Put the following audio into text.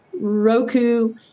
Roku